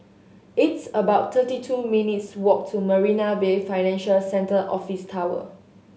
it's about thirty two minutes' walk to Marina Bay Financial Centre Office Tower